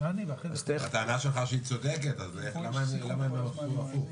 הטענה שלך שהיא צודקת, אז למה הם הלכו הפוך?